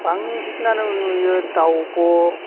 बांसिनानो नुयो दाउब'